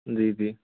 जी जी